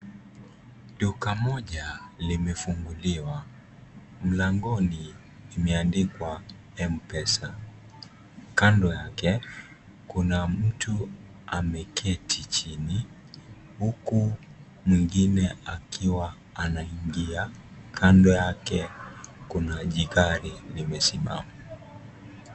Duka moja limefunguliwa. Mlangoni imeandikwa M-pesa. Kando yake, kuna mtu ameketi chini huku mwingine akiwa anaingia. Kando yake kuna jigari limesimama.